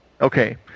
Okay